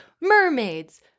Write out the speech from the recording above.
mermaids